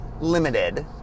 limited